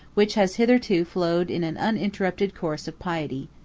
which has hitherto flowed in an uninterrupted course of piety.